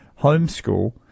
homeschool